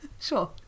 Sure